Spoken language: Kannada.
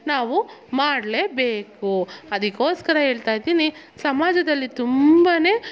ನಾವು ಮಾಡಲೇಬೇಕು ಅದಕ್ಕೋಸ್ಕರ ಹೇಳ್ತಾಯಿದಿನಿ ಸಮಾಜದಲ್ಲಿ ತುಂಬ